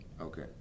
Okay